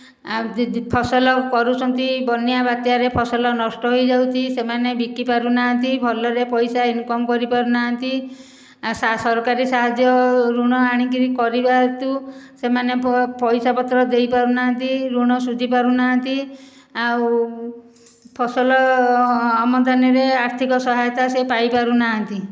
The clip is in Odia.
ଆଉ ଯଦି ଫସଲ କରୁଛନ୍ତି ବନ୍ୟା ବାତ୍ୟାରେ ଫସଲ ନଷ୍ଟ ହୋଇଯାଉଛି ସେମାନେ ବିକି ପାରୁନାହାନ୍ତି ଭଲରେ ପଇସା ଇନକମ୍ କରିପାରୁନାହାନ୍ତି ଆଉ ସରକାରୀ ସାହାଯ୍ୟ ଋଣ ଆଣିକରି କରିବା ହେତୁ ସେମାନେ ପଇସା ପତ୍ର ଦେଇପାରୁନାହାନ୍ତି ଋଣ ସୁଝି ପାରୁନାହାନ୍ତି ଆଉ ଫସଲ ଆମଦାନୀରେ ଆର୍ଥିକ ସହାୟତା ସେ ପାଇ ପାରୁନାହାନ୍ତି